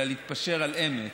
אלא להתפשר על-אמת.